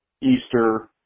Easter